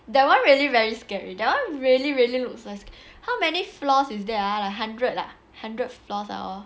that one really very scary that one really really looks like how many floors is that ah like hundred lah hundred floors ah